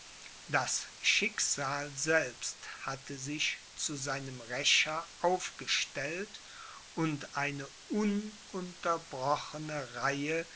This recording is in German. das schicksal selbst hatte sich zu seinem rächer aufgestellt und eine ununterbrochene reihe